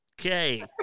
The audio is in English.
okay